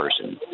person